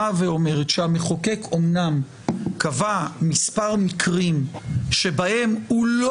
באה ואומרת שהמחוקק אומנם קבע מספר מקרים שבהם הוא לא